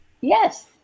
Yes